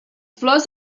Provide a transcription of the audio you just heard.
flors